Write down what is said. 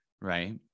Right